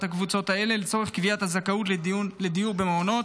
מהקבוצות האלה לצורך קביעת הזכאות לדיור במעונות,